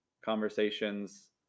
conversations